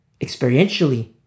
Experientially